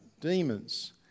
demons